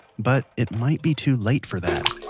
but it might be too late for that.